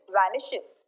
vanishes